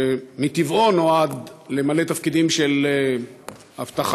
שמטבעו נועד למלא תפקידים של אבטחה,